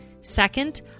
Second